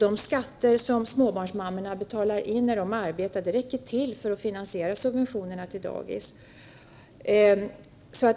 De skatter som småbarnsmammorna betalar in när de arbetar räcker till för att finansiera subventionerna till dagis.